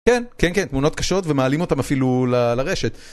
כן, כן, כן, תמונות קשות ומעלים אותן אפילו לרשת.